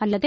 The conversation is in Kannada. ಅಲ್ಲದೆ